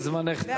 כי זמנך תם.